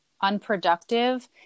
unproductive